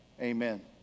Amen